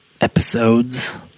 episodes